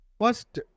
first